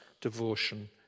devotion